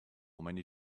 many